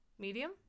Medium